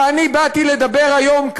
ואני באתי לדבר היום,